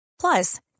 Plus